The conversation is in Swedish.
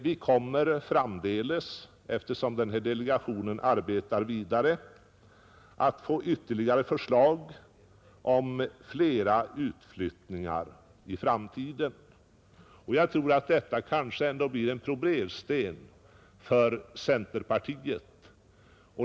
Vi kommer framdeles, eftersom den delegation det gäller arbetar vidare, att få ytterligare förslag om utflyttningar i framtiden. Jag tror att detta ändå blir en probersten för centerpartiet.